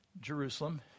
Jerusalem